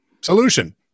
Solution